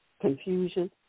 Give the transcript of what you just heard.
confusion